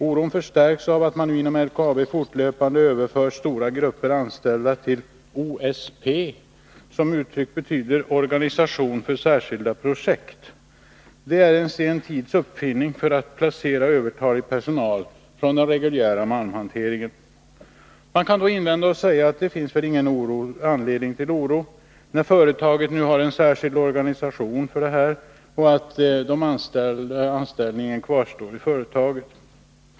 Oron förstärks av att man nu inom LKAB fortlöpande överför stora grupper anställda till s.k. OSP som betyder organisation för särskilda projekt. Det är den senare tidens uppfinning för att placera övertalig personal från den reguljära malmhanteringen. Man kan då invända mot det och säga att det inte borde finnas anledning till oro, när företaget nu har en särskild organisation för det ändamålet och anställningen i företaget kvarstår.